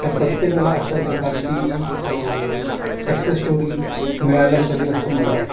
त्या प्रत्येकाला अशा प्रकारची सक्सेस स्टोरी मिळायलाच हवी असं मला वाटतं